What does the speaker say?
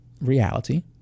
reality